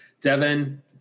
Devin